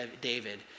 David